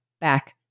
back